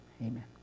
Amen